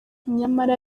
nyamara